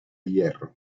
hierro